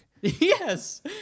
Yes